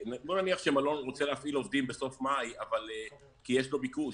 נניח שמלון רוצה להפעיל עובדים בסוף מאי כי יש לו ביקוש,